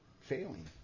failing